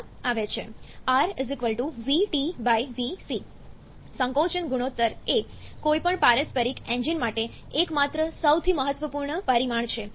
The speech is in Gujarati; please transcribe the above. r Vt Vc સંકોચન ગુણોત્તર એ કોઈપણ પારસ્પરિક એન્જિન માટે એકમાત્ર સૌથી મહત્વપૂર્ણ પરિમાણ છે